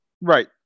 right